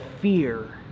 fear